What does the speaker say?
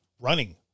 running